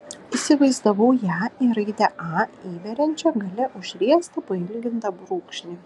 įsivaizdavau ją į raidę a įveriančią gale užriestą pailgintą brūkšnį